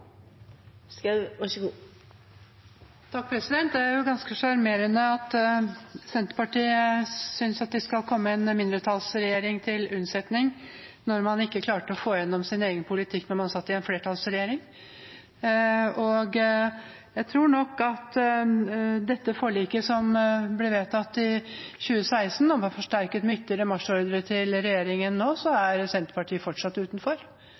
ganske sjarmerende at Senterpartiet synes at de skal komme en mindretallsregjering til unnsetning når man ikke klarte å få gjennom sin egen politikk da man satt i en flertallsregjering. Jeg tror nok at med dette forliket som ble vedtatt i 2016, og som blir forsterket med ytterligere marsjordre til regjeringen nå, er Senterpartiet fortsatt utenfor.